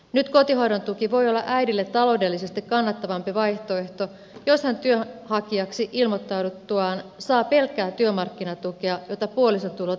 nyt kotihoidon tuki voi olla äidille taloudellisesti kannattavampi vaihtoehto jos hän työnhakijaksi ilmoittauduttuaan saa pelkkää työmarkkinatukea jota puolison tulot leikkaavat